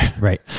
right